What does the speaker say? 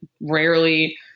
rarely